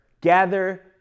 gather